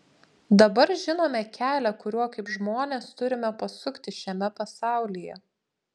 dabar žinome kelią kuriuo kaip žmonės turime pasukti šiame pasaulyje